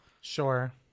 sure